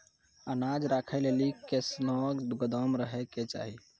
अनाज राखै लेली कैसनौ गोदाम रहै के चाही?